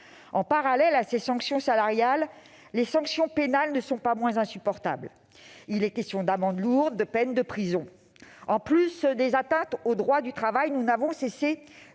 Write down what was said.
En parallèle à ces sanctions salariales, les sanctions pénales ne sont pas moins insupportables. Il est question d'amendes lourdes et de peines de prison. En plus des atteintes au droit du travail, nous n'avons cessé